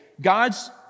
God's